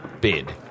bid